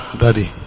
daddy